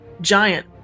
giant